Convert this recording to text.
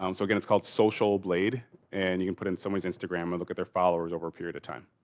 um so again, it's called social blade and you can put in someones instagram and look at their followers over a period of time.